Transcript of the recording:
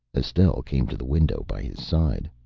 estelle came to the window by his side.